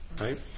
right